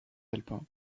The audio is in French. alpin